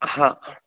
हा